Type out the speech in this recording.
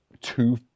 two